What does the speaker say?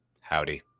howdy